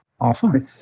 Awesome